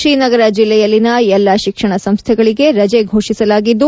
ಶ್ರೀನಗರ ಜಿಲ್ಲೆಯಲ್ಲಿನ ಎಲ್ಲಾ ಶಿಕ್ಷಣ ಸಂಸ್ಥೆಗಳಿಗೆ ರಜೆ ಫೊಡಿಸಲಾಗಿದ್ದು